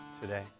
today